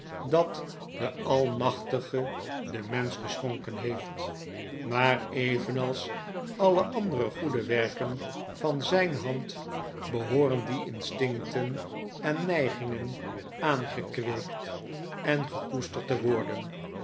dat de almachtige den mensch geschonken heeft maar evenals alle andere goede werken van zijn hand behooren die instincten en neigingen aangekweekt en gekoesterd te worden